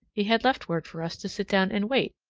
he had left word for us to sit down and wait,